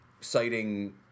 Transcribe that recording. citing